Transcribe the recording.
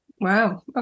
Wow